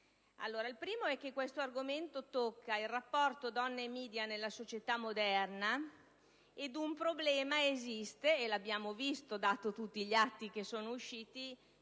Il primo è che questo argomento tocca il rapporto donne-*media* nella società moderna: un problema esiste, e l'abbiamo visto da tutti gli atti che sono usciti